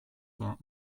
vingt